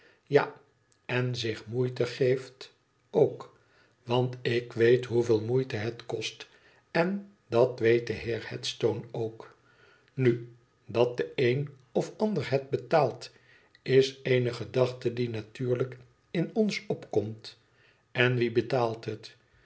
ja en zich moeite geeft ook want ik weet hoeveel moeite het kost en dat weet de heer headstone ook nu dat de een of ander het betaalt is eene gedachte die natuurlijk in ons opkomt en wie betaalt het